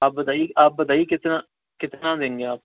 آپ بتائیے آپ بتائیے کتنا کتنا دیں گے آپ